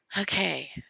okay